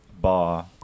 bar